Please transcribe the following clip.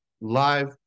live